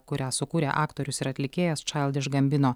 kurią sukūrė aktorius ir atlikėjas čaildiš gambino